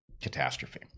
catastrophe